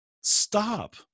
Stop